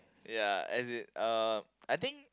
ya as in uh I think